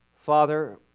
Father